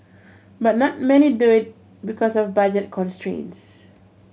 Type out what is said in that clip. but not many do it because of budget constraints